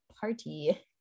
party